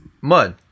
mud